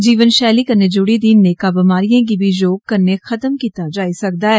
जीवन षैली कन्नै जुड़ी दी नेका बमारियें गी बी योगा कन्नै खत्म कीत्ता जाई सकदा ऐ